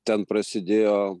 ten prasidėjo